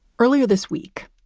earlier this week,